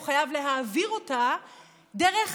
הוא חייב להעביר אותה דרך,